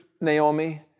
Naomi